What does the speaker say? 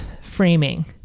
framing